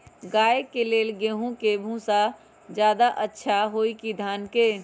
गाय के ले गेंहू के भूसा ज्यादा अच्छा होई की धान के?